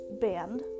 band